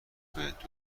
بهت